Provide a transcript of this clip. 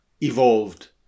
evolved